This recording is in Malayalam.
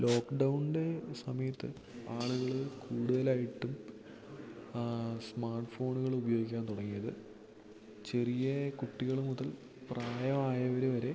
ലോക്ക് ഡൗൺൻ്റെ സമയത്ത് ആളുകൾ കൂടുതലായിട്ട് ആ സ്മാട്ട് ഫോണ്കൾ ഉപയോഗിക്കാൻ തുടങ്ങിയത് ചെറിയ കുട്ടികൾ മുതൽ പ്രായം ആയവർ വരെ